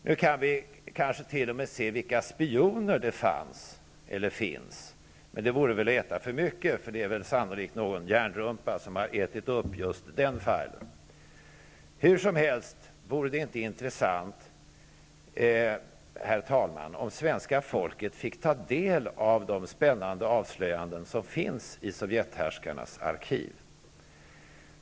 Nu kan vi kanske t.o.m. se vilka spioner det fanns eller finns. Men det vore nog att vänta sig för mycket, eftersom sannolikt någon ''järnrumpa'' har ätit upp just denna file. Hur som helst: Vore det inte intressant, herr talman, om svenska folket fick ta del av de spännande avslöjanden som finns i sovjethärskarnas arkiv?